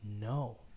no